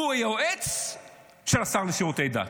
הוא היועץ של השר לשירותי דת.